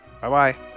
Bye-bye